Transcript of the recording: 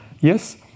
yes